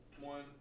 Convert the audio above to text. one